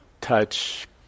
touch